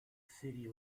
city